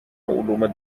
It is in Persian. علوم